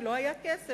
כי לא היה כסף.